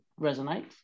resonates